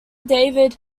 david